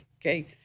Okay